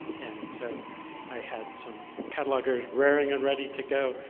and so i had some catalogers raring and ready to go,